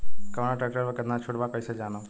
कवना ट्रेक्टर पर कितना छूट बा कैसे जानब?